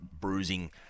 bruising